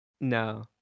no